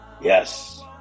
yes